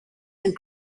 and